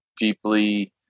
deeply